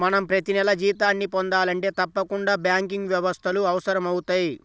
మనం ప్రతినెలా జీతాన్ని పొందాలంటే తప్పకుండా బ్యాంకింగ్ వ్యవస్థలు అవసరమవుతయ్